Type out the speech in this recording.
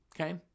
Okay